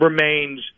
remains –